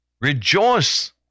Rejoice